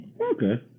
Okay